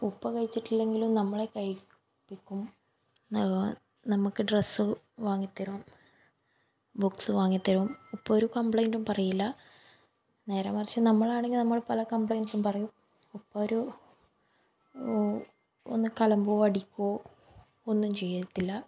ഉപ്പ കഴിച്ചിട്ടില്ലെങ്കിലും നമ്മളെ കഴിപ്പിക്കും നമുക്ക് ഡ്രസ്സ് വാങ്ങിത്തരും ബുക്സ് വാങ്ങിത്തരും ഉപ്പ ഒരു കംപ്ലെയിൻറ്റും പറയില്ല നേരെ മറിച്ച് നമ്മളാണെങ്കിൽ നമ്മൾ പല കംപ്ലെയിൻറ്റ്സും പറയും ഉപ്പ ഒരു ഒന്ന് കലമ്പോ അടിക്കോ ഒന്നും ചെയ്യത്തില്ല